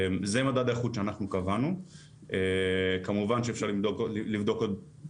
כמובן שאפשר לבדוק עוד אלפי מדדי איכות וזה כמובן לא המדד היחידי,